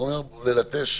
אנחנו רוצים ללטש.